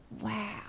Wow